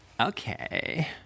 Okay